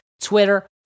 Twitter